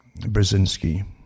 Brzezinski